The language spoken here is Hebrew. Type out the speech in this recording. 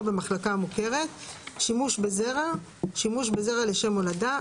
במחלקה המוכרת; "שימוש בזרע" שימוש בזרע לשם הולדה,